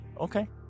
Okay